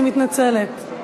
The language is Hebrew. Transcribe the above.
אני מתנצלת.